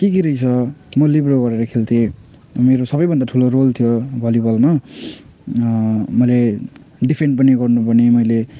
के के रहेछ म लिब्रो गरेर खेल्थेँ मेरो सबैभन्दा ठुलो रोल थियो भलिबलमा मैले डिफेन्ड पनि गर्नु पर्ने मैले